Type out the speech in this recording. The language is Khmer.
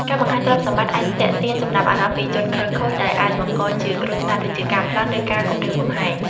ការបង្ហាញទ្រព្យសម្បត្តិអាចទាក់ទាញចំណាប់អារម្មណ៍ពីជនខិលខូច ដែលអាចបង្កជាគ្រោះថ្នាក់ដូចជាការប្លន់ ឬការគំរាមកំហែង។